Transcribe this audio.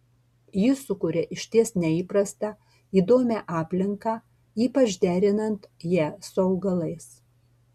ji sukuria išties neįprastą įdomią aplinką ypač derinant ją su augalais